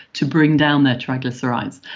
to bring down their triglycerides,